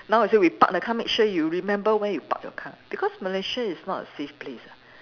now we say we park the car make sure you remember where you park your car because Malaysia is not a safe place ah